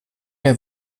der